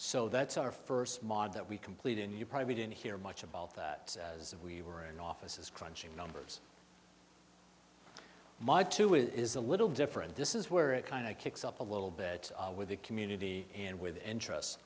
so that's our first maad that we completed and you probably didn't hear much about that as we were in office as crunching numbers my two is a little different this is where it kind of kicks up a little bit with the community and with interest